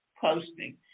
posting